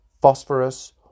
phosphorus